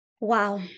Wow